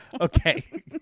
okay